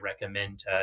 recommend